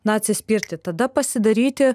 na atsispirti tada pasidaryti